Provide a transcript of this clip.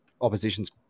opposition's